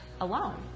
alone